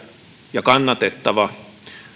ja kannatettava